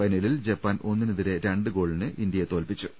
ഫൈനലിൽ ജപ്പാൻ ഒന്നിനെതിരെ രണ്ട് ഗോളിന് ഇന്ത്യയെ തോൽപ്പിച്ചു